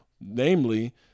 namely